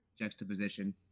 juxtaposition